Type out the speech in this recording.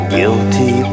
Guilty